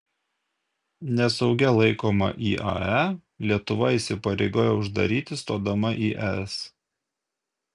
nesaugia laikomą iae lietuva įsipareigojo uždaryti stodama į es